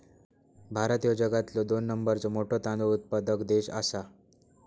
भारत ह्यो जगातलो दोन नंबरचो मोठो तांदूळ उत्पादक देश आसा